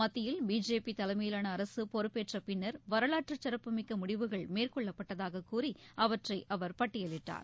மத்தியில் பிஜேபி தலைமையிலான அரசு பொறுப்பேற்றப் பின்னர் வரலாற்றுச் சிறப்புமிக்க முடிவுகள் மேற்கொள்ளப்பட்டதாக கூறி அவற்றை அவர் பட்டியலிட்டார்